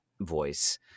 voice